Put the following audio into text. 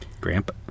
Grandpa